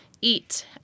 eat